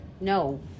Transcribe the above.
No